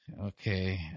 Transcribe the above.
Okay